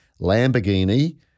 Lamborghini